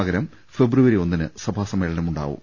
പകരം ഫെബ്രുവരി ഒന്നിന് സഭാ സമ്മേളന മുണ്ടാകും